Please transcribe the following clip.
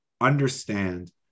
understand